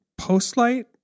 Postlight